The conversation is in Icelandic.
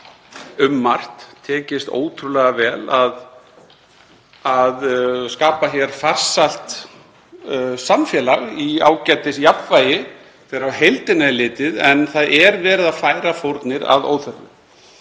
um margt tekist ótrúlega vel að skapa hér farsælt samfélag í ágætisjafnvægi þegar á heildina er litið, en það er verið að færa fórnir að óþörfu.